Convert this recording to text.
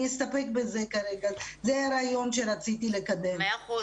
זה הרעיון שרציתי לקדם ואני כרגע אסתפק בזה.